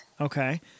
Okay